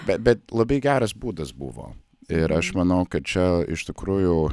be bet labai geras būdas buvo ir aš manau kad čia iš tikrųjų